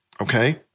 okay